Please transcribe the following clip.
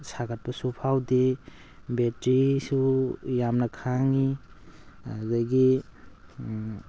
ꯁꯥꯒꯠꯄꯁꯨ ꯐꯥꯎꯗꯦ ꯕꯦꯠꯇ꯭ꯔꯤꯁꯨ ꯌꯥꯝꯅ ꯈꯥꯡꯉꯤ ꯑꯗꯒꯤ